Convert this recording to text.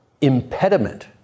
impediment